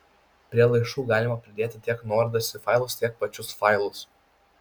prie laiškų galima pridėti tiek nuorodas į failus tiek pačius failus